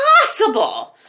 possible